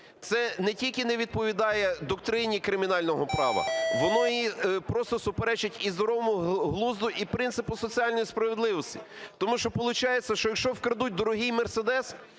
Це не тільки не відповідає доктрині кримінального права, воно просто суперечить і здоровому глузду, і принципу соціальної справедливості. Тому що получається, що якщо вкрадуть дорогий "Мерседес",